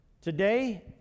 Today